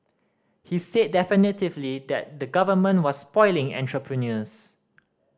he said definitively that the Government was spoiling entrepreneurs